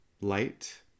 light